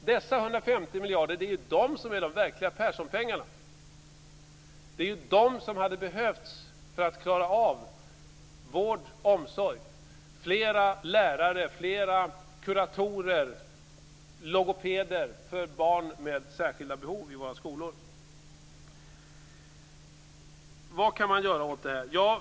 Dessa 150 miljarder är de verkliga Perssonpengarna. Det är dessa pengar som hade behövts för att klara av vård och omsorg och för att anställa flera lärare, kuratorer och logopeder för barn med särskilda behov i våra skolor. Vad kan man göra åt detta?